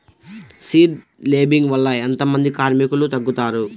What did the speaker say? Seed లేంబింగ్ వల్ల ఎంత మంది కార్మికులు తగ్గుతారు?